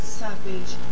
savage